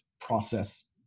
process